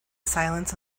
silence